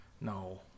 no